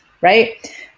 right